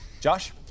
Josh